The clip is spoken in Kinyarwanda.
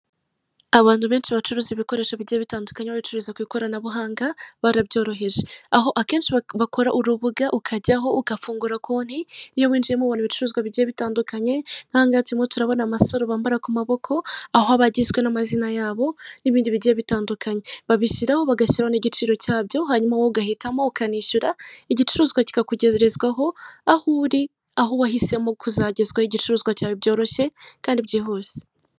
Abantu benshi bacuruza ibikoresho bigiye bitandukanye bacururiza ku ikoranabuhanga barabyoroheje, aho akenshi bakora urubuga ukajyaho ugafungura konti iyo winjiyemo ubona ibicuruzwa bigiye bitandukanye, nk'ahangaha turimo turabona amasaro bambara ku maboko aho aba agizwe n'amazina yabo n'ibindi bigiye bitandukanye babishyiraho bagashyiraho n'igiciro cyabyo, hanyuma wowe ugahitamo ukanishyura igicuruzwa kikakugerezwaho aho uri, aho wahisemo kuzagezwaho igicuruzwa cyawe byoroshye kandi byihuse.